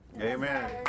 Amen